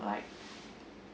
like